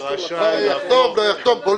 יחתום לא יחתום.